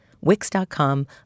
Wix.com